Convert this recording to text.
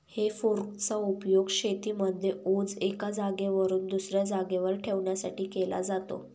हे फोर्क चा उपयोग शेतीमध्ये ओझ एका जागेवरून दुसऱ्या जागेवर ठेवण्यासाठी केला जातो